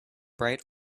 bright